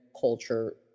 culture